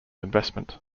investment